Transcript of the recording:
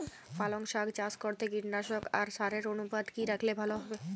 পালং শাক চাষ করতে কীটনাশক আর সারের অনুপাত কি রাখলে ভালো হবে?